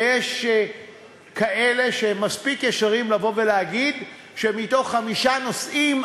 ויש כאלה שהם מספיק ישרים לבוא ולהגיד שמתוך חמישה נושאים,